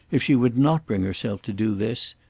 if she would not bring herself to do this,